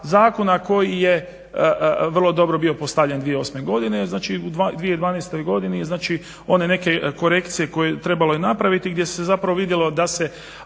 zakona koji je vrlo dobro bio postavljen 2008. godine, znači u 2012. godini znači one neke korekcije koje je trebalo napraviti, gdje se zapravo vidjelo da se,